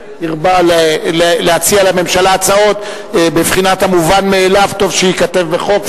שהרבה להציע לממשלה הצעות בבחינת "המובן מאליו טוב שייכתב בחוק",